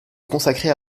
consacrer